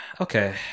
Okay